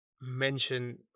mention